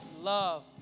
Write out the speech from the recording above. love